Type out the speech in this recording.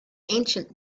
ancient